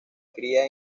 cría